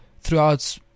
throughout